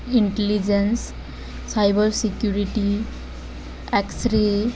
intelligence cyber security x-ray